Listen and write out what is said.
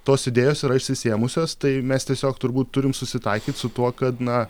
tos idėjos yra išsisėmusios tai mes tiesiog turbūt turim susitaikyt su tuo kad na